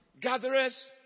Gatherers